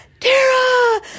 Tara